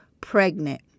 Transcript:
pregnant